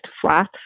flat